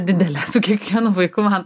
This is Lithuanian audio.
didelė su kiekvienu vaiku man